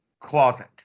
closet